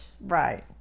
Right